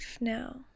now